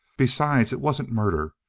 besides, it wasn't murder.